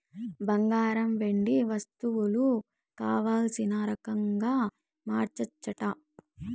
బంగారు, వెండి వస్తువులు కావల్సిన రకంగా మార్చచ్చట